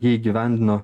jį įgyvendino